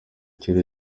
kera